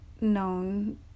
known